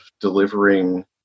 delivering